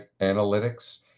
analytics